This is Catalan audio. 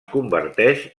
converteix